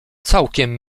całkiem